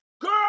Girl